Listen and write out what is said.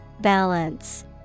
Balance